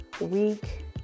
week